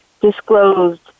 disclosed